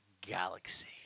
Galaxy